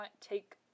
take